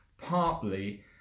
partly